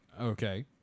Okay